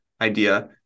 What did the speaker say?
idea